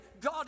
God